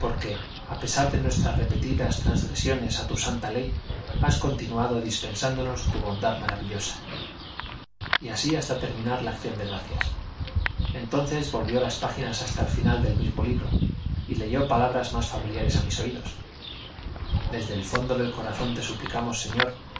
a pesar de nuestras repetidas transgresiones a tu santa ley has continuado dispensándonos tu bondad maravillosa y así hasta terminar la acción de gracias entonces volvió las páginas hasta el final del mismo libro y leyó palabras más familiares a mis oídos desde el fondo del corazón te suplicamos señor